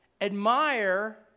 admire